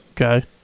Okay